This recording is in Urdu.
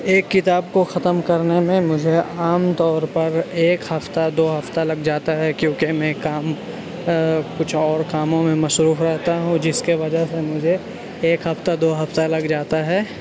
ایک کتاب کو ختم کرنے میں مجھے عام طور پر ایک ہفتہ دو ہفتہ لگ جاتا ہے کیونکہ میں کام کچھ اور کاموں میں مصروف رہتا ہوں جس کے وجہ سے مجھے ایک ہفتہ دو ہفتہ لگ جاتا ہے